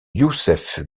youssef